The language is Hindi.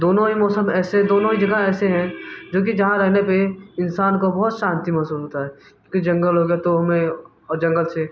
दोनों ही मौसम ऐसे दोनों ही जगह ऐसे हैं जो कि जहाँ रहने पर इंसान को बहुत शांति महसूस होती है कि जंगल हो गया तो हमें और जंगल से